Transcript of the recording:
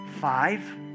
five